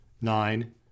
nine